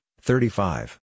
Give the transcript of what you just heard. thirty-five